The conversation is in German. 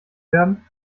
werden